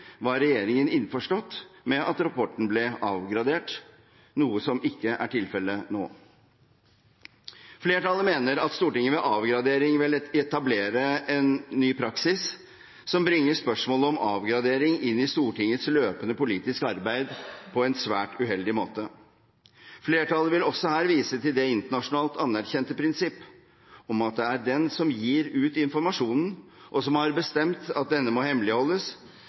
var regjeringen innforstått med at rapporten ble avgradert, noe som ikke er tilfellet nå. Flertallet mener at Stortinget med avgradering vil etablere en ny praksis som bringer spørsmålet om avgradering inn i Stortingets løpende politiske arbeid på en svært uheldig måte. Flertallet vil også her vise til det internasjonalt anerkjente prinsipp at det er den som gir ut informasjonen, og som har bestemt at denne må hemmeligholdes,